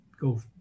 go